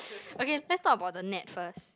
okay let's talk about the net first